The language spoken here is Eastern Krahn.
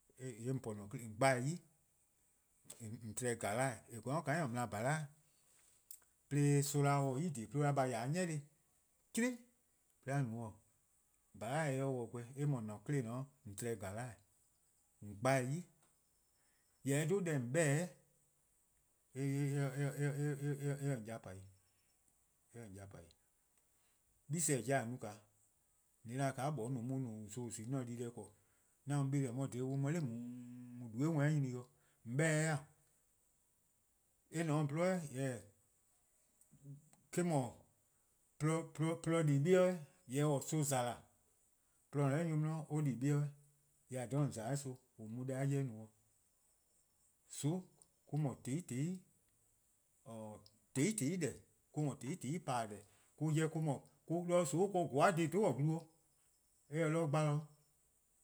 :Yee' :on po 'de an 'kpa+ :on gba-dih 'i, :on tba-eh :gale'eh:, :eh gweh-a :la-a :dhala-eh 'de soma' se-a 'i :dhie: 'de on 'da a :ya 'de 'ni dih, 'cihlih' 'de a no-a 'o, :dhala-eh 'ye 'de dih :gweh, :yee' :an-a'a: 'kle :dao' :on tba-eh :gale'eh:, :on gba-dih 'i. Jorwor :mor eh 'dhu deh :on 'beh-dih-a' eh :se-' :on ya :pa 'i, eh :se-' :on ya :pa 'i. 'Gle+ 'jeh :a no-a, an 'da :ka 'moeh no-a 'on :nooo: zon :on zi-a 'on se-a dii-deh be, 'an mu 'beleh: 'on 'ye 'de nae' :dueh' 'worn 'i nyni 'or, :on 'beh-dih :e? Eh :ne 'o :on :gwlii' 'weh jorwor:, eh-: 'dhu :porluh 'di 'beor' 'weh jorwor: son :zala:, :porluh :on :ne-a 'nor nyor 'de on di 'beor' 'weh, jorwor: :yee' dha :on :za eh soh :an mu-a deh 'jeh no :eh? :soon mo-: no :tehn'i :tehn'i :pa-dih-deh, an 'jeh mo-: 'wluh :soon' 'de :wor :goba dhih 'wluh-dih, eh :se 'de 'gbalor-' glu